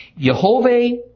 Yehovah